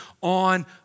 on